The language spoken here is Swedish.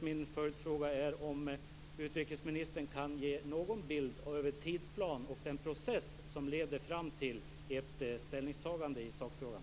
Min följdfråga är: Kan utrikesministern ge någon bild av tidsplan och den process som leder fram till ett ställningstagande i sakfrågan?